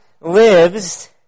lives